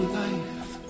life